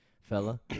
fella